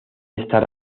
estar